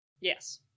yes